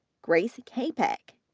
grace capek,